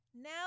Now